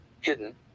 hidden